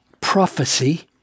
prophecy